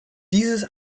dieses